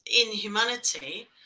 inhumanity